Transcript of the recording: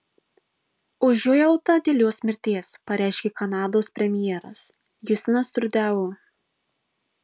užuojautą dėl jos mirties pareiškė kanados premjeras justinas trudeau